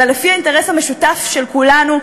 אלא לפי האינטרס המשותף של כולנו.